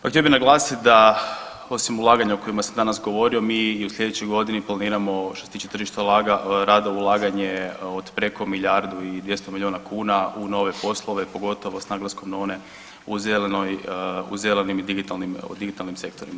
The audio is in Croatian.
Pa htio bih naglasiti da osim ulaganja o kojima sam danas govorio mi i u sljedećoj godini planiramo što se tiče tržišta rada ulaganje od preko milijardu i 200 milijuna kuna u nove poslove, pogotovo s naglaskom na one u zelenim i digitalnim sektorima.